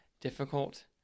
difficult